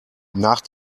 nach